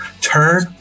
turn